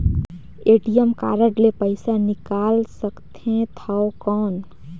ATM card ले पइसा निकाल सकथे थव कौन?